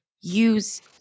use